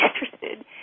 interested